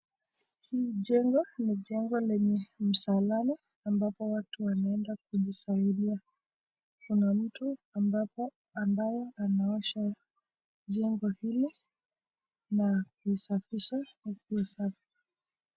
Hii jengo ni jengo lenye msalani ambapo watu wanaenda kujisaidia. Kuna mtu ambapo ambayo anaosha jengo hili na kulisafisha na kuwa safi.